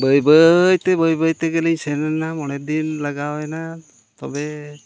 ᱵᱟᱹᱭ ᱵᱟᱹᱭ ᱛᱮ ᱵᱟᱹᱭ ᱵᱟᱹᱭ ᱛᱮᱜᱮᱞᱤᱧ ᱥᱮᱱ ᱮᱱᱟ ᱢᱚᱬᱮ ᱫᱤᱱ ᱞᱟᱜᱟᱣ ᱮᱱᱟ ᱛᱚᱵᱮ